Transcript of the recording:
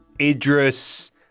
Idris